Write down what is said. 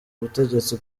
butegetsi